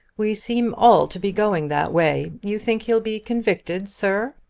we seem all to be going that way. you think he'll be convicted, sir?